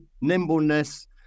nimbleness